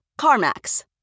CarMax